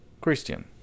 Christian